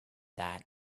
that